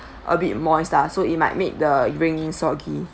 a bit moist lah so it might make the ring soggy